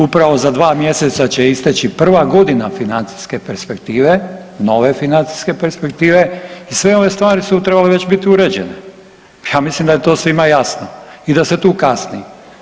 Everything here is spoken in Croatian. Upravo za dva mjeseca će isteći prva godina financijske perspektive, nove financijske perspektive i sve ove stvari su već trebale bit uređene, ja mislim da je to svima jasno i da se tu kasni.